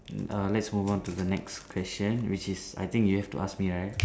err let's move on to the next question which is I think you have to ask me right